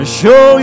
show